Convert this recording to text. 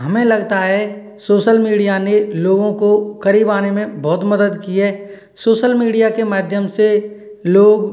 हमें लगता है सोशल मीडिया ने लोगों को करीब आने में बहुत मदत की है सोशल मीडिया के माध्यम से लोग